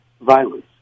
violence